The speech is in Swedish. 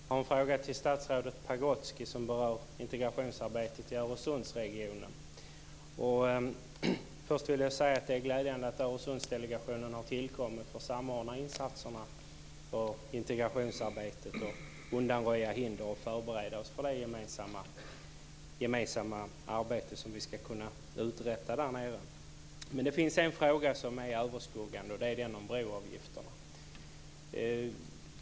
Fru talman! Jag har en fråga till statsrådet Pagrotsky som berör integrationsarbetet i Öresundsregionen. Först vill jag säga att det är glädjande att Öresundsdelegationen har tillkommit för att samordna insatserna och integrationsarbetet, undanröja hinder och förbereda oss för det gemensamma arbete som vi ska kunna uträtta där nere. Men det finns en fråga som är överskuggande, och det är den om broavgifterna.